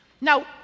Now